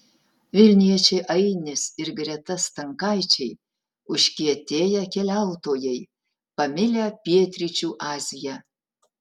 vilniečiai ainis ir greta stankaičiai užkietėję keliautojai pamilę pietryčių aziją